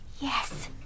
Yes